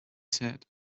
said